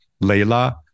Leila